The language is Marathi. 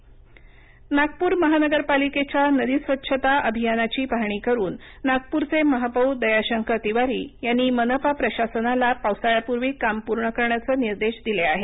नदी स्वच्छता नागपूर महानगरपालिकेच्या नदी स्वच्छता अभियानाची पाहणी करुन नागपूरचे महापौर दयाशंकर तिवारी यांनी मनपा प्रशासनाला पावसाळयापूर्वी काम पूर्ण करण्याचे निर्देश दिले आहेत